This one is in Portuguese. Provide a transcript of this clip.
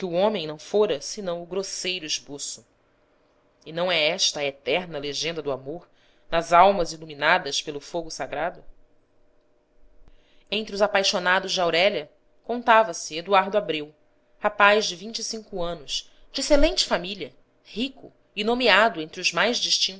homem não fora senão o grosseiro esboço e não é esta a eterna legenda do amor nas almas iluminadas pelo fogo sa grado entre os apaixonados de aurélia contava-se eduardo abreu rapaz de vinte e cinco anos de excelente família rico e nomeado entre os mais distintos